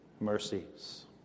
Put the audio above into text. mercies